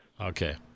Okay